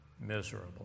miserable